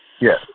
Yes